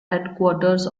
headquarters